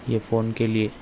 یہ فون کے لیے